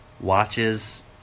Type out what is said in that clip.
watches